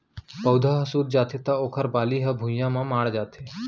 पउधा ह सूत जाथे त ओखर बाली ह भुइंया म माढ़ जाथे